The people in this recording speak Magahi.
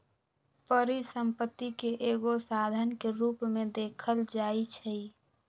परिसम्पत्ति के एगो साधन के रूप में देखल जाइछइ